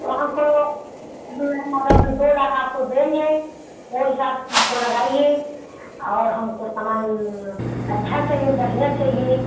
तो हमको मेरा मतलब कि दो लाख आपको देंगे ओ हिसाब से हमको लगाइए और हमको सामान अच्छा चाहिए बढ़ियां चाहिए